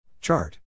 Chart